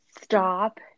stop